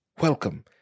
welcome